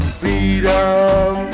freedom